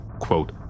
quote